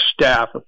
staff